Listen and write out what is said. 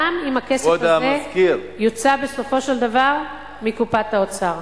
גם אם הכסף הזה יוּצא בסופו של דבר מקופת האוצר.